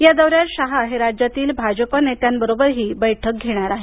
या दौऱ्यात शहा हे राज्यातील भाजप नेत्यांबरोबरही बैठक घेणार आहेत